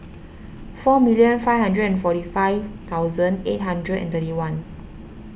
four million five hundred and forty five thousand eight hundred and thirty one